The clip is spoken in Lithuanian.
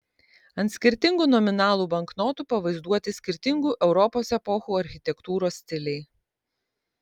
ant skirtingų nominalų banknotų pavaizduoti skirtingų europos epochų architektūros stiliai